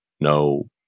No